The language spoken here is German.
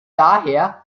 daher